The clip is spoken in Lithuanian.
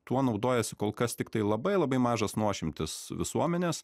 tuo naudojasi kol kas tiktai labai labai mažas nuošimtis visuomenes